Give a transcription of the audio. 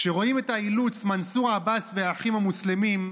כשרואים את האילוץ מנסור עבאס והאחים המוסלמים,